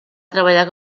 treballar